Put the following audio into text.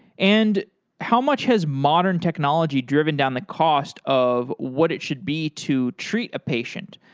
and how much has modern technology driven down the cost of what it should be to treat a patient?